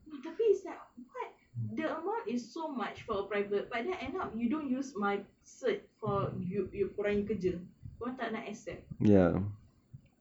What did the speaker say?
tapi is like quite the amount is so much for a private but then end up you don't use my cert~ for you you korang bagi kerja korang tak nak accept